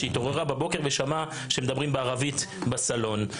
שהתעוררה בבוקר ושמעה שמדברים בערבית בסלון.